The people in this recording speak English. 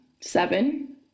seven